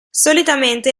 solitamente